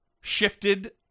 shifted